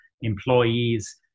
employees